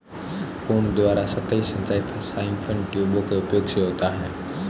कुंड द्वारा सतही सिंचाई साइफन ट्यूबों के उपयोग से होता है